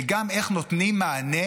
וגם איך נותנים מענה